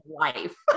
life